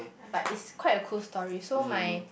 but is quite a cool story so my